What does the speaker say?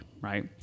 right